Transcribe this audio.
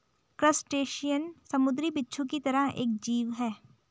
crustacean समुंद्री बिच्छू की तरह एक जीव है